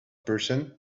person